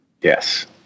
Yes